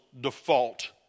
default